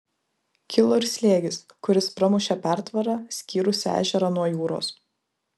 kilo ir slėgis kuris pramušė pertvarą skyrusią ežerą nuo jūros